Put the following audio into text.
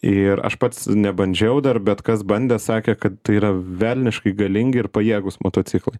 ir aš pats nebandžiau dar bet kas bandė sakė kad tai yra velniškai galingi ir pajėgūs motociklai